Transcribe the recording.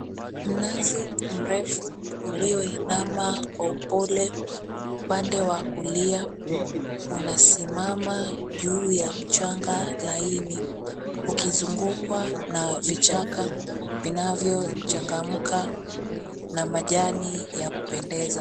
Mnazi mrefu uliyoinama kwa upole pande wa kulia unasimama juu ya mchanga laini ukizungukwa na vichaka vinavyochangamka na majani ya kupendeza.